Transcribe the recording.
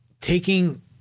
Taking